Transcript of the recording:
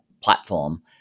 platform